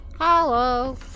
Hello